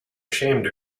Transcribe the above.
ashamed